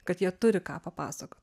kad jie turi ką papasakot